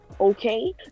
okay